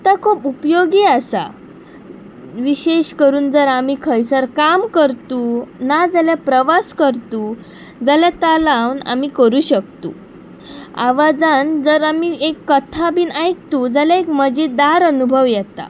तां खूब उपयोगी आसा विशेश करून जर आमी खंयसर काम करतू ना जाल्यार प्रवास करतू जाल्यार ता लावन आमी करूं शकतू आवाजान जर आमी एक कथा बीन आयकतू जाल्यार एक मजेदार अनुभव येता